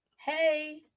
Hey